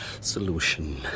solution